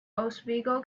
oswego